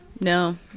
No